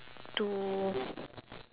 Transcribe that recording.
to